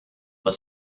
but